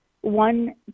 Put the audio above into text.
one